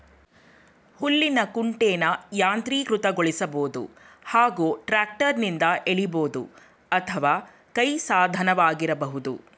ಹುಲ್ಲಿನ ಕುಂಟೆನ ಯಾಂತ್ರೀಕೃತಗೊಳಿಸ್ಬೋದು ಹಾಗೂ ಟ್ರ್ಯಾಕ್ಟರ್ನಿಂದ ಎಳಿಬೋದು ಅಥವಾ ಕೈ ಸಾಧನವಾಗಿರಬಹುದು